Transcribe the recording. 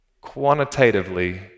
Quantitatively